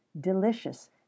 delicious